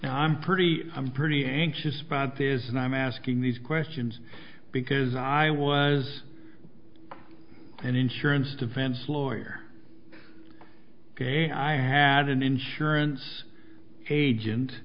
i'm pretty i'm pretty anxious product is and i'm asking these questions because i was an insurance defense lawyer and i had an insurance agent